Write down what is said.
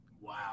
Wow